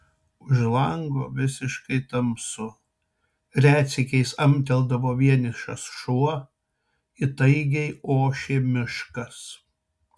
už lango visiškai tamsu retsykiais amteldavo vienišas šuo įtaigiai ošė miškas